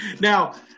now